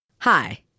Hi